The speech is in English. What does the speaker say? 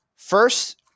First